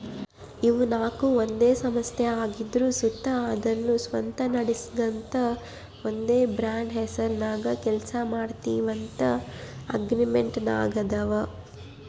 ಇವು ನಾಕು ಒಂದೇ ಸಂಸ್ಥೆ ಆಗಿದ್ರು ಸುತ ಅದುನ್ನ ಸ್ವಂತ ನಡಿಸ್ಗಾಂತ ಒಂದೇ ಬ್ರಾಂಡ್ ಹೆಸರ್ನಾಗ ಕೆಲ್ಸ ಮಾಡ್ತೀವಂತ ಅಗ್ರಿಮೆಂಟಿನಾಗಾದವ